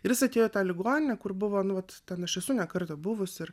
ir jis atėjo į tą ligoninę kur buvo nu vat ten aš esu ne kartą buvus ir